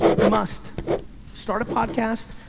you must start a podcast,